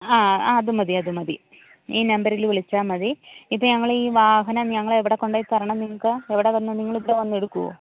ആ അത് മതി അത് മതി ഈ നമ്പറിൽ വിളിച്ചാൽ മതി ഇപ്പോൾ ഞങ്ങൾ ഈ വാഹനം ഞങ്ങൾ എവിടെ കൊണ്ടുപോയി തരണം നിങ്ങൾക്ക് എവിടെ വന്ന് നിങ്ങളിവിടെ വന്ന് എടുക്കുമോ